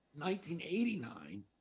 1989